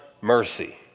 mercy